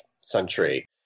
century